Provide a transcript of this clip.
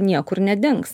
niekur nedings